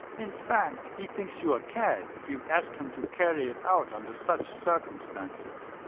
in fact, he thinks you a cad if you ask him to carry it out under such circumstances.